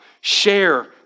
Share